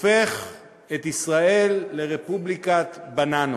הופך את ישראל לרפובליקת בננות.